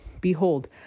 behold